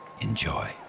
Enjoy